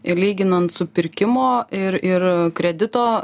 ir lyginant su pirkimo ir ir kredito